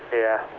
yeah,